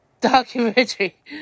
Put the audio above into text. Documentary